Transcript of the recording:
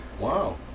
Wow